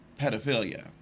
pedophilia